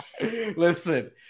Listen